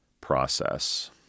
process